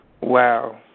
Wow